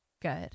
good